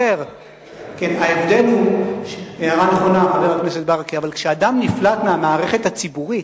הערה נכונה, אבל כשאדם נפלט מהמערכת הציבורית,